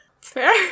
Fair